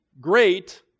great